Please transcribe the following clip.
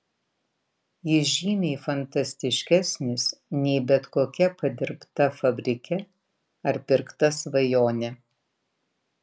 jis žymiai fantastiškesnis nei bet kokia padirbta fabrike ar pirkta svajonė